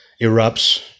erupts